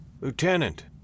Lieutenant